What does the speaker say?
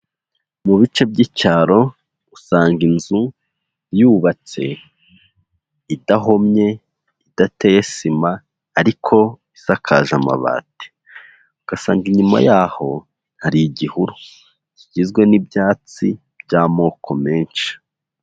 Mu bice by'icyaro usanga inzu yubatse idahomye, idateye sima ariko isakaje amabati ugasanga inyuma yaho hari igihuru kigizwe n'ibyatsi by'amoko menshi.